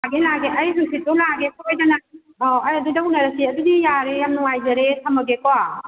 ꯂꯥꯛꯑꯒꯦ ꯂꯥꯛꯑꯒꯦ ꯑꯩ ꯍꯥꯡꯆꯤꯠꯇꯣ ꯂꯥꯛꯑꯒꯦ ꯁꯣꯏꯗꯅ ꯑꯥ ꯑꯩ ꯑꯗꯨꯗ ꯑꯣꯏ ꯎꯅꯔꯁꯤ ꯑꯗꯨꯗꯤ ꯌꯥꯔꯦ ꯌꯥꯝ ꯅꯨꯡꯉꯥꯏꯖꯔꯦ ꯊꯝꯃꯒꯦꯀꯣ